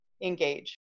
engage